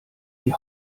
die